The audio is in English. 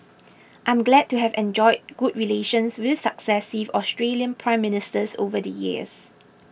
I am glad to have enjoyed good relations with successive Australian Prime Ministers over the years